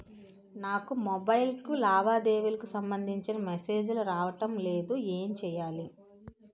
నాకు మొబైల్ కు లావాదేవీలకు సంబందించిన మేసేజిలు రావడం లేదు ఏంటి చేయాలి?